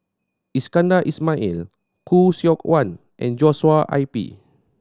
Iskandar Ismail Khoo Seok Wan and Joshua I P